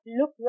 look